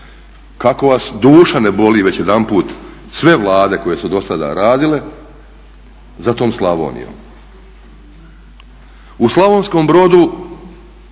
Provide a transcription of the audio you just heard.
Kako vas duša ne boli već jedanput sve Vlade koje su do sada radile za tom Slavonijom? U Slavonskom Brodu